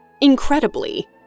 Incredibly